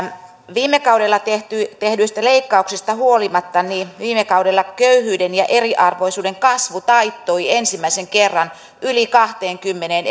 viime kaudella tehdyistä leikkauksista huolimatta viime kaudella köyhyyden ja eriarvoisuuden kasvu taittui ensimmäisen kerran yli kahteenkymmeneen